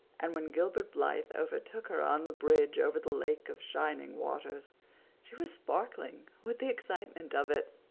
and when gilbert blythe overtook her on the bridge over the lake of shining waters she was sparkling with the excitement of it.